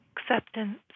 acceptance